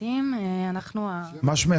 יעוץ